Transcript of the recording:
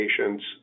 patients